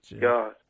God